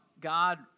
God